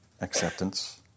acceptance